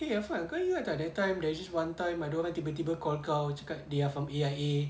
eh afan kau ingat tak that time there's this one time ada orang tiba-tiba call kau cakap they are from A_I_A